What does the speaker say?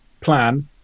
plan